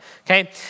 Okay